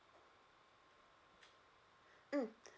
mm